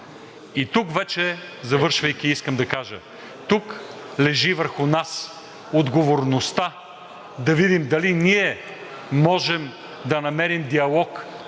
и тук, завършвайки, искам да кажа, че върху нас лежи отговорността да видим дали ние можем да намерим диалог,